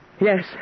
Yes